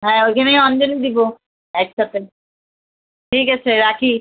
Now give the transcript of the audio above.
হ্যাঁ ওইখানেই অঞ্জলি দেব একসাথে ঠিক আছে রাখি